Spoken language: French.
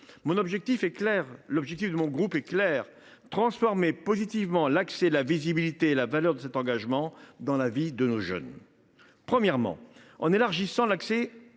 Mon objectif, qui est aussi celui du groupe socialiste, est clair : transformer positivement l’accès, la visibilité et la valeur de cet engagement dans la vie de nos jeunes. Premièrement, en élargissant l’accès